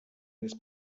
his